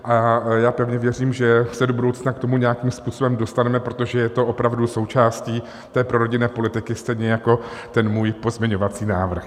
A já pevně věřím, že se do budoucna k tomu nějakým způsobem dostaneme, protože je to opravdu součástí prorodinné politiky, stejně jako ten můj pozměňovací návrh.